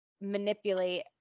manipulate